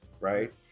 right